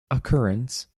occurrence